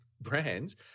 brands